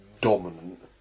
dominant